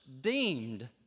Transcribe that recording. deemed